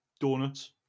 donuts